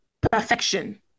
perfection